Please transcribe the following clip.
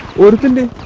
wounded